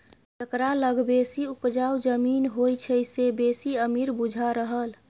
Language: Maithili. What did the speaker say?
जकरा लग बेसी उपजाउ जमीन होइ छै से बेसी अमीर बुझा रहल